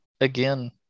again